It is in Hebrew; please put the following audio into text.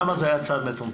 למה זה היה צעד מטומטם?